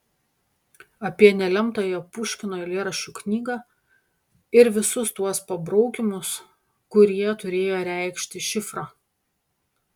apie nelemtąją puškino eilėraščių knygą ir visus tuos pabraukymus kurie turėję reikšti šifrą